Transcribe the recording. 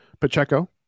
Pacheco